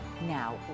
Now